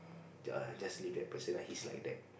just leave it at the person lah he's like that